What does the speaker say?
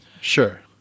sure